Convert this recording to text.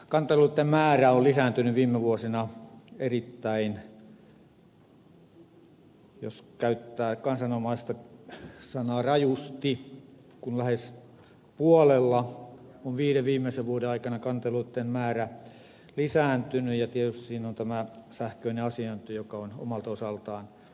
kanteluitten määrä on lisääntynyt viime vuosina erittäin jos käyttää kansanomaista sanaa rajusti kun lähes puolella on viiden viimeisen vuoden aikana kanteluitten määrä lisääntynyt ja tietysti siinä on tämä sähköinen asiointi joka on omalta osaltaan vaikuttanut siihen